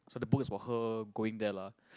so the book is about her going there lah